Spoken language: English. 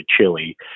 Chile